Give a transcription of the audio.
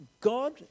God